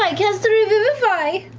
like cast revivify.